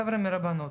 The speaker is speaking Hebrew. החבר'ה מהרבנות,